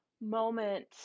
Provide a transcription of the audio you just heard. moment